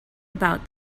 about